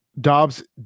Dobbs